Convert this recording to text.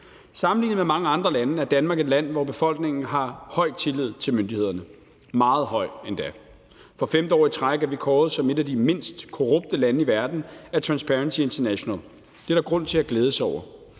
Sammenlignet med mange andre lande er Danmark et land, hvor befolkningen har høj tillid til myndighederne, meget høj endda. For femte år i træk er vi kåret som et af de mindst korrupte lande i verden af Transparency International. Det er der grund til at glæde sig over.